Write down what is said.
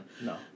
No